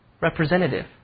Representative